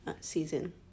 season